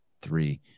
three